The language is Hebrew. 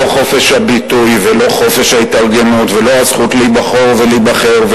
לא חופש הביטוי ולא חופש ההתארגנות ולא הזכות לבחור ולהיבחר,